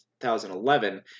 2011